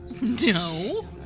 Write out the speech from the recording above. No